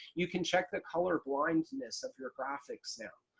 you can check the color blindness of your graphics now.